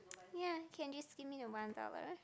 ya can do you just give me the one dollar